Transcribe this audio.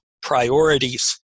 priorities